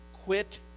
Quit